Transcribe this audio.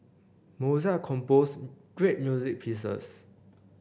Mozart composed great music pieces